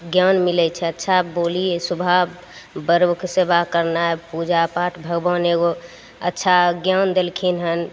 ज्ञान मिलय छै अच्छा बोली स्वभाव बड़ोके सेवा करनाय पूजा पाठ भगवान एगो अच्छा ज्ञान देलखिन हन